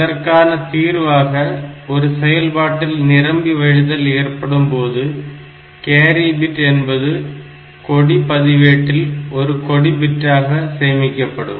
இதற்கான தீர்வாக ஒரு செயல்பாட்டில் நிரம்பி வழிதல் ஏற்படும்போது கேரி பிட் என்பது கொடி பதிவேட்டில் ஒரு கொடி பிட்டாக சேமிக்கபடும்